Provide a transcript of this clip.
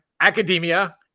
academia